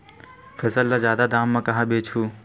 फसल ल जादा दाम म कहां बेचहु?